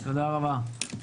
תודה רבה.